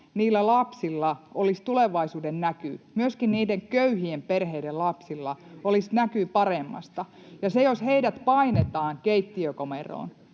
niillä lapsilla olisi tulevaisuudennäky, myöskin niiden köyhien perheiden lapsilla olisi näky paremmasta. [Ben Zyskowicz: Kyllä!] Ja jos heidät painetaan keittiökomeroon,